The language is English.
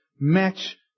match